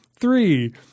Three